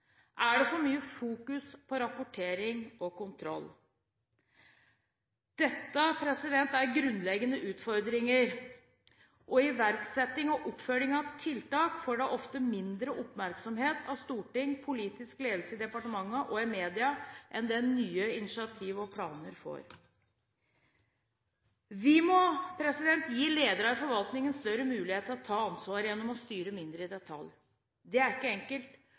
Er det for mye fokus på rapportering og kontroll? Det er en grunnleggende utfordring at iverksetting og oppfølging av tiltak ofte får mindre oppmerksomhet av storting, politisk ledelse i departementene og i mediene enn det nye initiativ og planer får. Vi må gi ledere i forvaltningen større mulighet til å ta ansvar gjennom å styre mindre i detalj. Det er ikke enkelt,